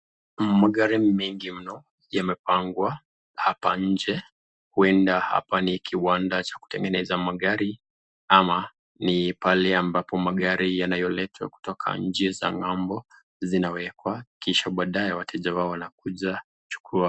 Magari mengi mno yamepangwa hapa nje. Huenda hapa ni kiwanda cha kutengeneza magari ama ni pahali ambapo magari yanayoletwa kutoka nchi za ng'ombo zinawekwa kisha baadae wateja wanakuja kuchukua.